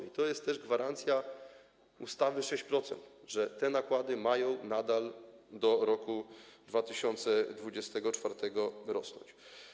I to jest też gwarancja z ustawy 6%, że te nakłady mają nadal, do roku 2024 rosnąć.